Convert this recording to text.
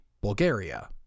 Bulgaria